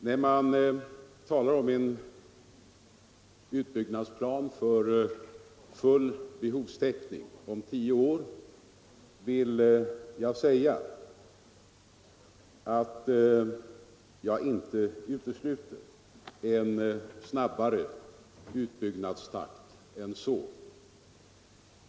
När man talar om en utbyggnadsplan för full behovstäckning om tio år vill jag säga att jag inte utesluter en snabbare utbyggnadstakt än så.